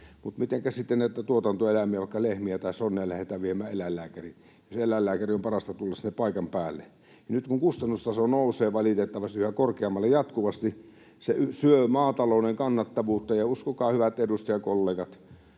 Mutta mitenkä sitten näitä tuotantoeläimiä, vaikka lehmiä tai sonneja, lähdetään viemään eläinlääkäriin? Sen eläinlääkärin on parasta tulla sinne paikan päälle. Nyt kun kustannustaso nousee valitettavasti yhä korkeammalle jatkuvasti, se syö maatalouden kannattavuutta, ja uskokaa, hyvät edustajakollegat,